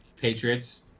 Patriots